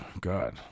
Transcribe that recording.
God